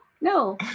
No